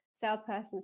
Salesperson